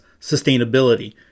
sustainability